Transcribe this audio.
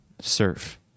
surf